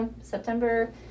September